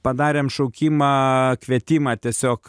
padarėm šaukimą kvietimą tiesiog